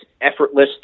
effortless